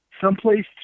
someplace